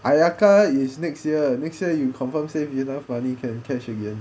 ayaka is next year next year you confirm save enough money can cash again